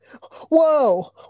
Whoa